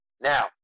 Now